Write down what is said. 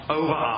over